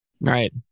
Right